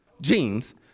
jeans